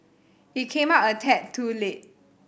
it came out a tad too late